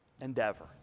Endeavor